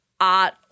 art